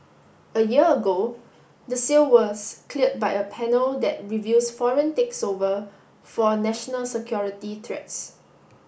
a year ago the sale was cleared by a panel that reviews foreign takes over for national security threats